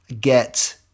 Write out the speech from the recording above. get